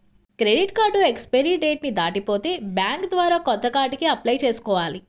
credit card expiry date ని దాటిపోతే bank ద్వారా కొత్త కార్డుకి అప్లై చేసుకోవాలి